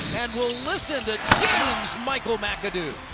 and we'll listen to james michael mcadoo.